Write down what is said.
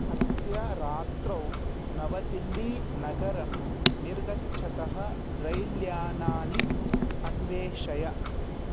अद्य रात्रौ नवदिल्ली नगरं निर्गच्छतः रैल् याल्यानानि अन्वेषय